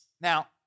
Now